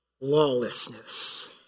lawlessness